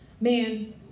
Man